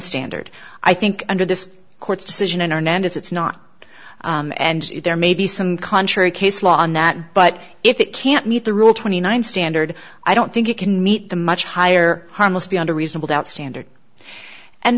standard i think under this court's decision and hernandez it's not and there may be some contrary case law on that but if it can't meet the rule twenty nine standard i don't think it can meet the much higher harmless beyond a reasonable doubt standard and